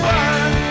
one